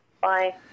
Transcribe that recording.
bye